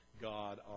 God